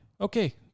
okay